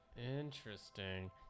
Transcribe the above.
Interesting